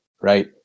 right